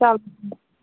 چلو